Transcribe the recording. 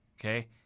Okay